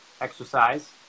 exercise